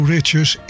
Riches